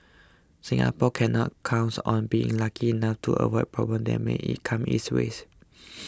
Singapore cannot counts on being lucky enough to avoid problems that may E come its way